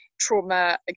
trauma